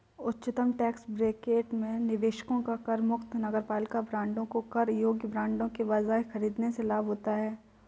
उच्चतम tax bracket में निवेशकों को करमुक्त नगरपालिका बांडों को कर योग्य बांडों के बजाय खरीदने से लाभ होता है